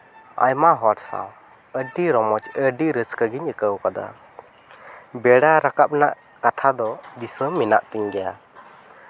ᱟᱭᱢᱟ ᱦᱚᱲ ᱥᱟᱶ ᱟᱹᱰᱤ ᱨᱚᱢᱚᱡᱽ ᱟᱹᱰᱤ ᱨᱟᱹᱥᱠᱟᱹ ᱜᱤᱧ ᱟᱹᱭᱠᱟᱹᱣ ᱠᱟᱫᱟ ᱵᱮᱲᱟ ᱨᱟᱠᱟᱵ ᱨᱮᱱᱟᱜ ᱠᱟᱛᱷᱟ ᱫᱚ ᱫᱤᱥᱟᱹ ᱢᱮᱱᱟᱜ ᱛᱤᱧ ᱜᱮᱭᱟ